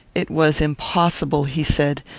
it was impossible, he said,